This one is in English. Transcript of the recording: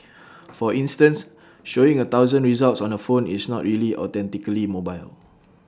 for instance showing A thousand results on A phone is not really authentically mobile